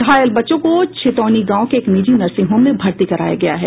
घायल बच्चों को छितौनी गांव के एक निजी नर्सिंग होम में भर्ती कराया गया है